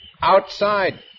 Outside